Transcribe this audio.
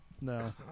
No